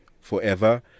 forever